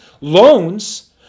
loans